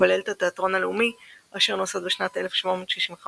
כולל את התיאטרון הלאומי אשר נוסד בשנת 1765